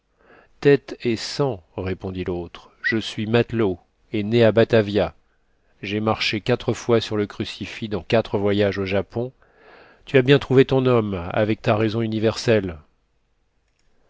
tête et sang répondit l'autre je suis matelot et né à batavia j'ai marché quatre fois sur le crucifix dans quatre voyages au japon tu as bien trouvé ton homme avec ta raison universelle